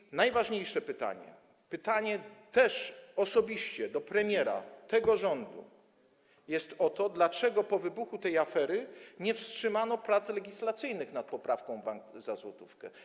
I najważniejsze pytanie, pytanie też kierowane osobiście do premiera tego rządu, jest o to, dlaczego po wybuchu tej afery nie wstrzymano prac legislacyjnych nad poprawką: bank za złotówkę.